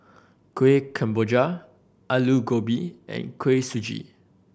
Kueh Kemboja Aloo Gobi and Kuih Suji